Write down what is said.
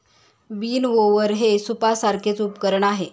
विनओवर हे सूपसारखेच उपकरण आहे